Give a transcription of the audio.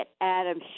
Adam